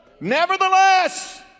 Nevertheless